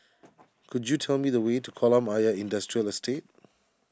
could you tell me the way to Kolam Ayer Industrial Estate